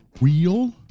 real